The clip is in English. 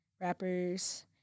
rappers